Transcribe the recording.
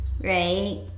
right